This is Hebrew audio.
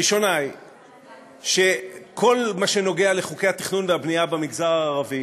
הראשונה היא שכל מה שנוגע לחוקי התכנון והבנייה במגזר הערבי